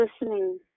listening